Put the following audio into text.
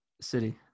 City